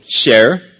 share